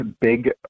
big